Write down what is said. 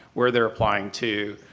where they are applying to,